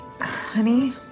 Honey